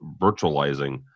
virtualizing